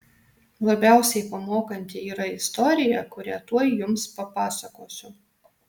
labiausiai pamokanti yra istorija kurią tuoj jums papasakosiu